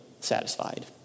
satisfied